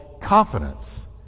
confidence